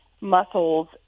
muscles